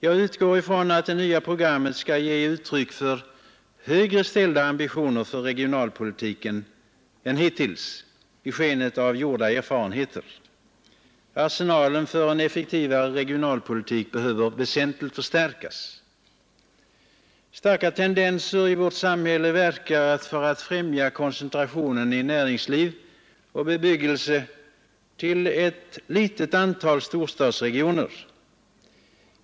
Jag utgår från att det nya programmet skall ge uttryck för högre ställda ambitioner för regionalpolitiken än hittills, i skenet av gjorda erfarenheter. Arsenalen för en effektivare regionalpolitik behöver väsentligt förstärkas. Starka tendenser i vårt samhälle verkar för att främja koncentrationen i näringsliv och bebyggelsestruktur till ett litet antal storstadsregioner.